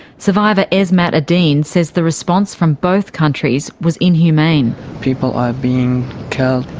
survivor esmat adine says the response from both countries was inhumane. people are being killed,